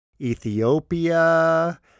Ethiopia